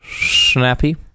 Snappy